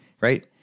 Right